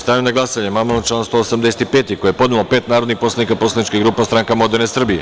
Stavljam na glasanje amandman na član 185. koji je podnelo pet narodnih poslanika poslaničke grupe Stranka moderne Srbije.